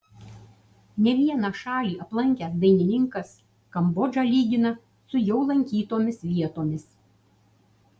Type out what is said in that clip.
ne vieną šalį aplankęs dainininkas kambodžą lygina su jau lankytomis vietomis